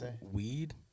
weed